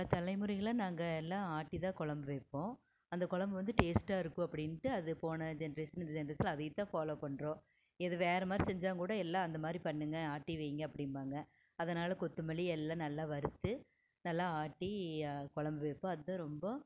பல தலைமுறைகளாக நாங்கள் எல்லாம் ஆட்டிதான் கொழம்பு வைப்போம் அந்த கொழம்பு வந்து டேஸ்டாக இருக்கும் அப்படின்ட்டு அது போன ஜென்ட்ரேசன் இந்த ஜென்ட்ரேசன் அதேத்தான் ஃபாலோ பண்ணுறோம் இது வேறு மாதிரி செஞ்சால்கூட எல்லாம் அந்தமாதிரி பண்ணுங்கள் ஆட்டி வைங்கள் அப்படிம்பாங்க அதனால கொத்தமல்லி எல்லாம் நல்லா வறுத்து நல்லா ஆட்டி கொழம்பு வைப்போம் அதுதான் ரொம்ப